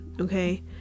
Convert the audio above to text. okay